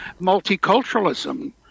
multiculturalism